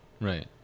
Right